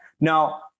Now